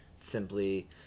simply